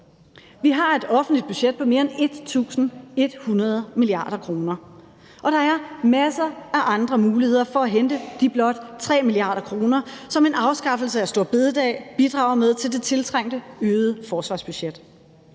Vi har et offentligt budget på mere end 1.100 mia. kr., og der er masser af andre muligheder for at hente de blot 3 mia. kr., som en afskaffelse af store bededag bidrager med til det tiltrængte øgede forsvarsbudget.